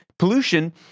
Pollution